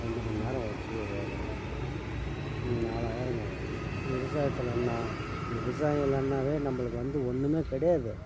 ரெண்டு மணி நேரம் உடச்சி ஒரு ஏக்கராக்கு நாலாயிரம் கேட்கறாங்க விவசாயத்தில் என்ன விவசாயம் இல்லைன்னாவே நம்மளுக்கு வந்து ஒன்றுமே கிடையாது